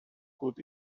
could